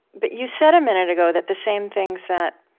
but you said a minute ago that the same things that